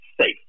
safe